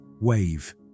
wave